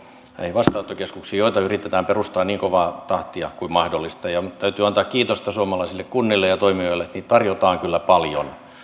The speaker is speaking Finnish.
vastaanottokeskuksiin joita yritetään perustaa niin kovaa tahtia kuin mahdollista täytyy antaa kiitosta suomalaisille kunnille ja toimijoille että niitä tarjotaan kyllä paljon ne